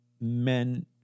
men